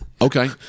okay